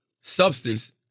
substance